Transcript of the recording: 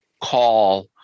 call